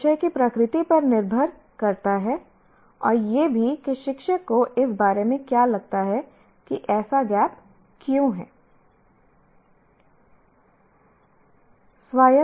यह विषय की प्रकृति पर निर्भर करता है और यह भी कि शिक्षक को इस बारे में क्या लगता है कि ऐसा गैप क्यों है